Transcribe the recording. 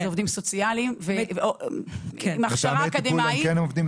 אלו עובדים סוציאליים עם הכשרה אקדמית.